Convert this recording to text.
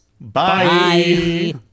Bye